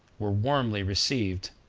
were warmly received,